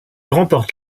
remporte